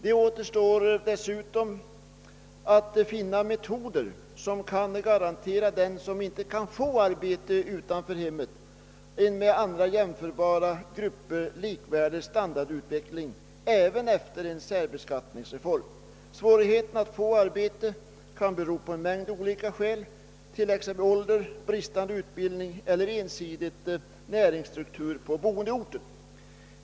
Det återstår dessutom att finna metoder, som kan garantera dem som inte kan få arbete utanför hemmet en med andra jämförbara grupper likvärdig standardutveckling även efter en sär beskattningsreform, Svårigheterna att få arbete kan ha en mängd olika skäl, t.ex. ålder, bristande utbildning eller ensidig näringsstruktur på boendeorten.